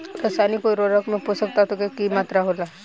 रसायनिक उर्वरक में पोषक तत्व के की मात्रा होला?